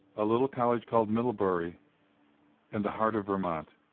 a little college called middlebury in the heart of vermont.